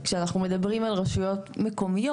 כשאנחנו מדברים על רשויות מקומיות,